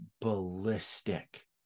ballistic